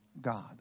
God